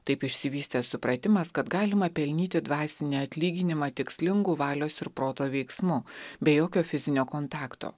taip išsivystė supratimas kad galima pelnyti dvasinį atlyginimą tikslingu valios ir proto veiksmu be jokio fizinio kontakto